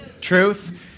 Truth